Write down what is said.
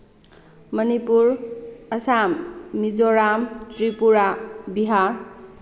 Manipur Assam Mizoram Tripura Bihar